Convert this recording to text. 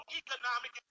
economic